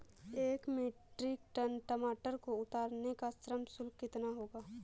एक metric ton टमाटर को उतारने का श्रम शुल्क कितना होगा?